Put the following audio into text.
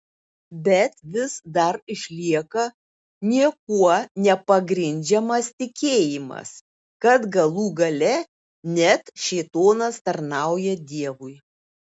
bet vis dar išlieka niekuo nepagrindžiamas tikėjimas kad galų gale net šėtonas tarnauja dievui